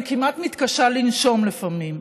אני כמעט מתקשה לנשום לפעמים.